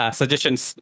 suggestions